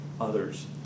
others